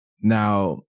Now